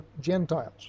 Gentiles